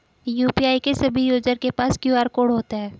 UPI के सभी user के पास क्यू.आर कोड होता है